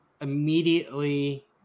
immediately